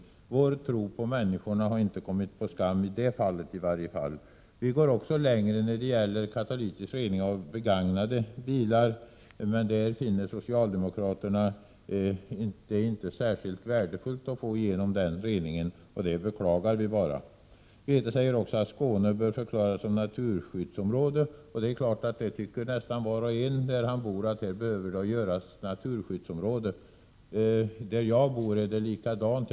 Vår tro på människorna har inte kommit på skam i det fallet åtminstone. Vi går också längre när det gäller katalytisk rening av begagnade bilar, men det finner socialdemokraterna inte särskilt värdefullt, och det beklagar vi. Grethe Lundblad säger också att Skåne bör förklaras som naturskyddsområde. Nästan var och en tycker att det område där man själv bor bör göras till naturskyddsområde. Där jag bor är det likadant.